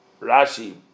Rashi